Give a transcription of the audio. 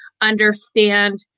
understand